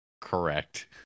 Correct